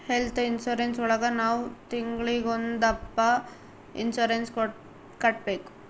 health insurance ಒಳಗ ನಾವ್ ತಿಂಗ್ಳಿಗೊಂದಪ್ಪ ಇನ್ಸೂರೆನ್ಸ್ ಕಟ್ಟ್ಬೇಕು